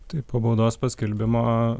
taip po baudos paskelbimo